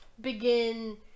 Begin